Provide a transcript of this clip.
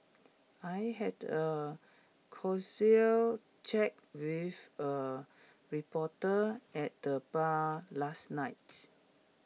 I had A casual chat with A reporter at the bar last night